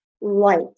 light